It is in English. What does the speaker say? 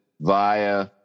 via